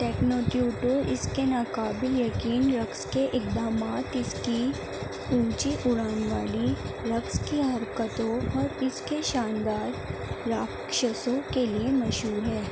ٹیکنوٹی ٹو اس کے ناقابل یقین رقص کے اقدامات اس کی اونچی اڑان والی رقص کی حرکتوں اور اس کے شاندار راکشسوں کے لیے مشہور ہے